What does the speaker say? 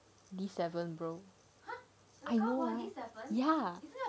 D seven bro ya